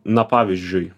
na pavyzdžiui